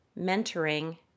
mentoring